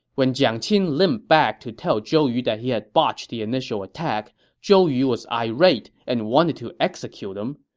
when jiang qin limped back to tell zhou yu that he had botched the initial attack, zhou yu was irate and wanted to execute him,